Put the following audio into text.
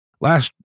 Last